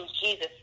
Jesus